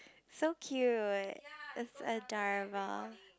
so cute that's adorable